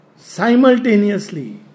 Simultaneously